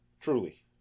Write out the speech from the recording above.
Truly